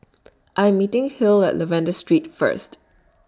I Am meeting Hill At Lavender Street First